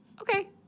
Okay